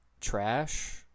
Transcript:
Trash